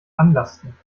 anlasten